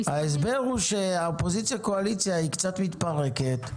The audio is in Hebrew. ההסבר הוא שהאופוזיציה קואליציה קצת מתפרקת,